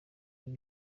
uru